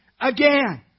again